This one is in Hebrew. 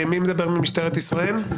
מי מדבר ממשטרת ישראל?